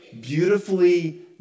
beautifully